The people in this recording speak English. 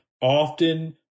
often